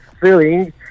feeling